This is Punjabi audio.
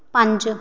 ਪੰਜ